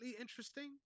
interesting